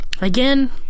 Again